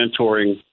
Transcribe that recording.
mentoring